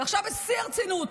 ועכשיו בשיא הרצינות.